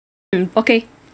mm okay